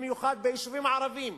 במיוחד ביישובים ערביים,